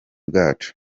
bwacu